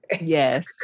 Yes